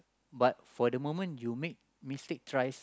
but for the moment you make mistake thrice